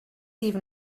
even